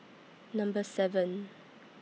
Number seven